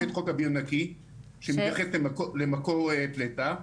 יש את חוק אוויר נקי שמתייחס למקור פליטה,